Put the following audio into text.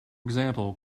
example